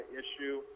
issue